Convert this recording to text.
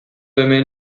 hemen